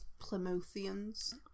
Plymouthians